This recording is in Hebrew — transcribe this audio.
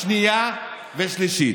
שנייה ושלישית.